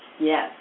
Yes